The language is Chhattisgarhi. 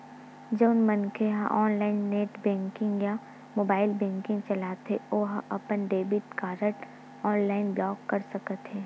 जउन मनखे ह ऑनलाईन नेट बेंकिंग या मोबाईल बेंकिंग चलाथे ओ ह अपन डेबिट कारड ऑनलाईन ब्लॉक कर सकत हे